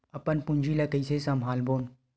अपन पूंजी ला कइसे संभालबोन?